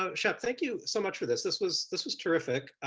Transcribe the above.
ah shep, thank you so much for this. this was this was terrific.